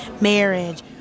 marriage